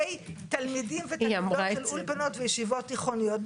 תלמידים ותלמידות של אולפנות וישיבות תיכוניות.